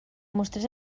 mostrés